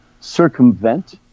circumvent